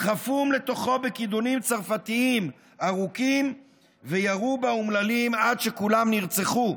דחפום לתוכו בכידונים צרפתיים ארוכים וירו באומללים עד שכולם נרצחו.